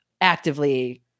actively